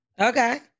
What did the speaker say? okay